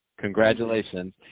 Congratulations